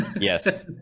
Yes